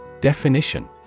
Definition